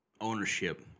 ownership